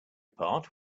part